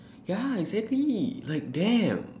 ya exactly like damn